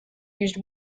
used